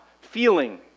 feeling